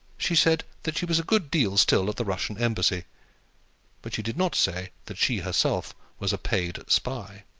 she said that she was a good deal still at the russian embassy but she did not say that she herself was a paid spy.